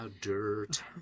dirt